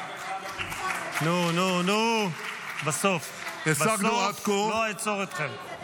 אף אחד לא הציע.